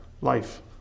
life